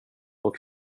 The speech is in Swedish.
och